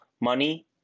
money